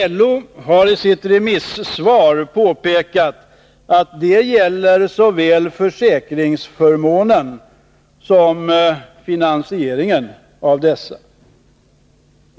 LO har i sitt remissvar påpekat att det gäller såväl försäkringsförmånerna som finansieringen av dessa.